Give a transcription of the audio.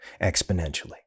exponentially